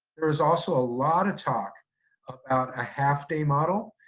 there is also a lot of talk about a half day model.